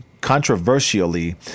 controversially